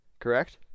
Correct